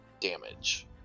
damage